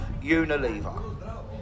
Unilever